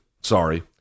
Sorry